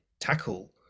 tackle